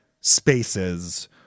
spaces